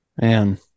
Man